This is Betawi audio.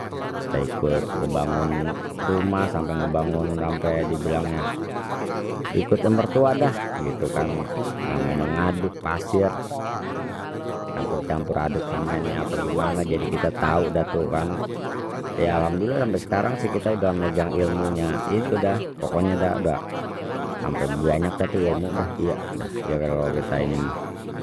Kita ikut ngebangun rumah sampai ngebangun sampai dibilangnya ikutin mertua dah gitu kan, namanya ngaduk pasir campur campur aduk semennya apa gimana jadi kita tau dah tu kan, ya alhamdulillah sampai sekarang sih kita udah megang ilmunya itu dah pokoknya dah ampe banyak dah tu ilmu dah iya, ya kalau kita ini mah.